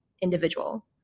individual